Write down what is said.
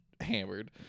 hammered